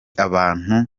abantu